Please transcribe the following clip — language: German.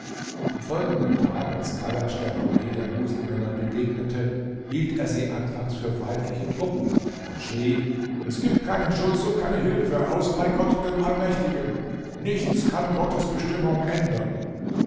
am folgenden tag als kadasch der armee der muselmänner begegnete hielt er sie anfangs für feindliche truppen und schrie es gibt keinen schutz und keine hilfe außer bei gott dem allmächtigen nichts kann gottes bestimmung ändern